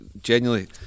genuinely